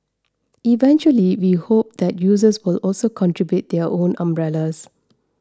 eventually we hope that users will also contribute their own umbrellas